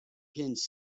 pins